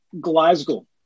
Glasgow